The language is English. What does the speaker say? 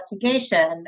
investigation